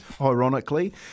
ironically